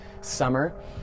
summer